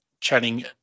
chatting